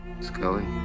Scully